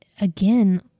again